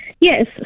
yes